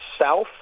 south